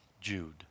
Jude